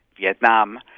Vietnam